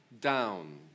down